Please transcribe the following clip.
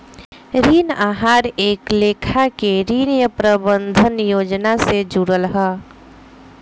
ऋण आहार एक लेखा के ऋण प्रबंधन योजना से जुड़ल हा